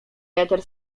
eter